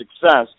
success